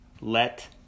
Let